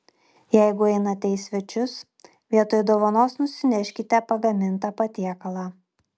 jeigu einate į svečius vietoj dovanos nusineškite pagamintą patiekalą